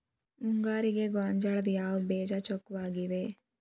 ಮುಂಗಾರಿಗೆ ಗೋಂಜಾಳ ಯಾವ ಬೇಜ ಚೊಕ್ಕವಾಗಿವೆ?